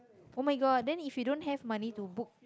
oh-my-god then if you don't have money to book